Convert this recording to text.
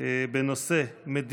22